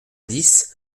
dix